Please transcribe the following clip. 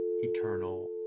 eternal